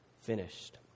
finished